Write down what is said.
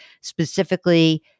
specifically